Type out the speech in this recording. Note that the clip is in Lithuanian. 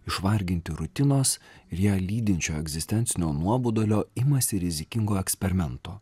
išvarginti rutinos ir ją lydinčio egzistencinio nuobodulio imasi rizikingo eksperimento